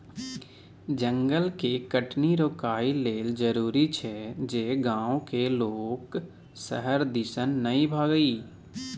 जंगल के कटनी रोकइ लेल जरूरी छै जे गांव के लोक शहर दिसन नइ भागइ